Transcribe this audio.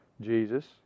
Jesus